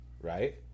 right –